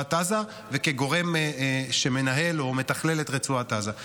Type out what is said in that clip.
ברצועת עזה וכגורם שמנהל או מתכלל את רצועת עזה.